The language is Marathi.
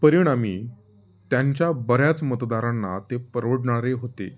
परिणामी त्यांच्या बऱ्याच मतदारांना ते परवडणारे होते